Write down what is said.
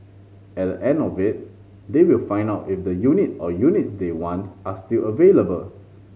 at the end of it they will find out if the unit or units they want are still available